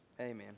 Amen